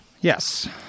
Yes